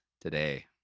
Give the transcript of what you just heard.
today